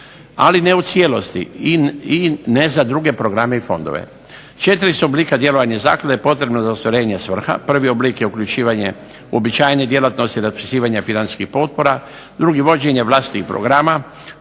Ali ne u cijelosti i ne za druge programe i fondove. Četiri su oblika djelovanja zaklade potrebnih za ostvarenje svrha, prvi oblik je uključivanje uobičajene djelatnosti, ... financijskih potpora, drugi vođenje vlastitih programa